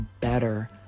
better